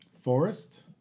Forest